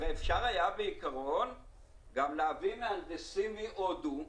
הרי אפשר היה בעיקרון גם להביא מהנדסים מהודו,